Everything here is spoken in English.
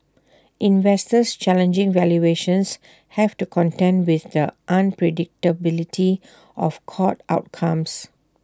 investors challenging valuations have to contend with the unpredictability of court outcomes